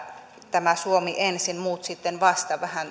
tämä suomi ensin muut sitten vasta vähän